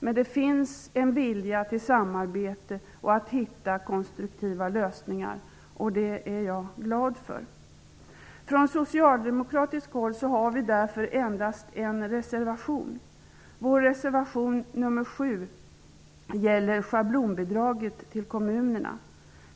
Men det finns en vilja till samarbete och en strävan att hitta konstruktiva lösningar, och det är jag glad över. Från socialdemokratiskt håll har vi därför endast en reservation. Vår reservation, nr 7, gäller schablonbidraget till kommunerna.